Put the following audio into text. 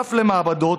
בנוסף למעבדות,